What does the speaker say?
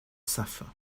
suffer